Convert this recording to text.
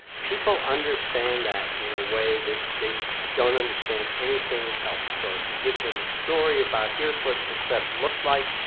people understand that in a way that they don't understand anything else. so if you give them a story about here's what success looks like,